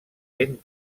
ben